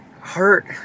hurt